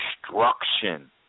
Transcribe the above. destruction